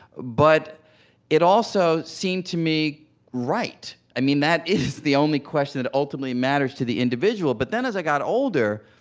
but it also seemed to me right. i mean, that is the only question that ultimately matters to the individual. but then, as i got older,